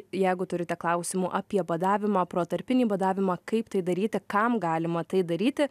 jeigu turite klausimų apie badavimą protarpinį badavimą kaip tai daryti kam galima tai daryti